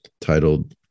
titled